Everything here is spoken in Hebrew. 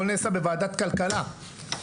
בוועדת הכלכלה.